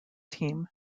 team